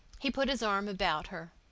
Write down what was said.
he put his arm about her.